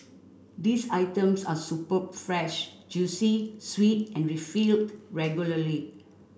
these items are superb fresh juicy sweet and refilled regularly